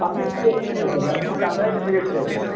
আপনি কী রেট চাইছেন আপনি টাঙ্গাইল কী রেট চাইছেন